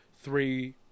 Three